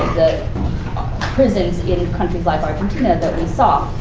the prisons in countries like argentina, that we saw.